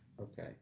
Okay